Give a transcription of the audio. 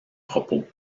propos